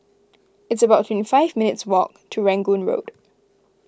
it's about twenty five minutes' walk to Rangoon Road